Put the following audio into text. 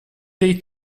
dei